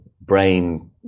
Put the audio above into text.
brain